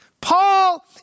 Paul